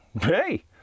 hey